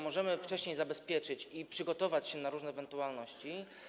Możemy wcześniej zabezpieczyć się i przygotować na różne ewentualności.